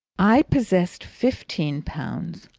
i possessed fifteen pounds,